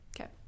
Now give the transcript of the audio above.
Okay